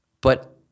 But-